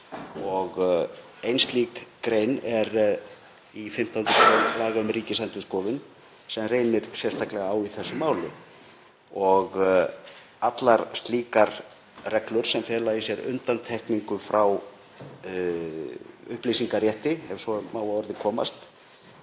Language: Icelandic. Ein slík grein er í 15. gr. laga um Ríkisendurskoðun sem reynir sérstaklega á í þessu máli. Allar slíkar reglur, sem fela í sér undantekningu frá upplýsingarétti, ef svo má að orði komast,